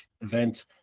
event